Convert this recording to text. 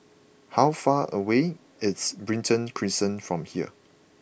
how far away is Brighton Crescent from here